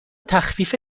تخفیف